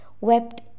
wept